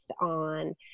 on